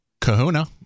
Kahuna